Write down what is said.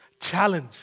Challenge